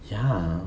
ya